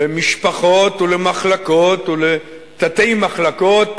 למשפחות ולמחלקות ולתתי-מחלקות,